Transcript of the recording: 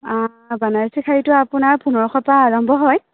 বানাৰসী শাড়ীটো আপোনাৰ পোন্ধৰশৰ পৰা আৰম্ভ হয়